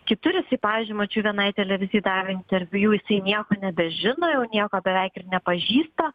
kitur jis į pažymą čia vienai televizijai darė interviu jau jisai nieko nebežino jau nieko beveik ir nepažįsta